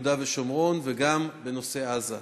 ושומרון וגם בנושא עזה.